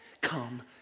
Come